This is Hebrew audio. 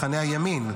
מחנה הימין.